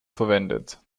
verwendet